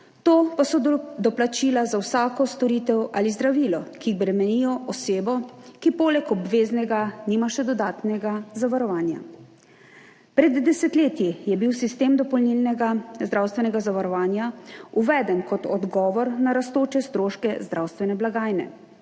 to pa so doplačila za vsako storitev ali zdravilo, ki bremenijo osebo, ki poleg obveznega nima še dodatnega zavarovanja. Pred desetletji je bil sistem dopolnilnega zdravstvenega zavarovanja uveden kot odgovor na rastoče stroške zdravstvene blagajne